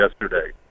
yesterday